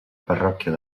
parròquia